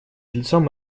лицом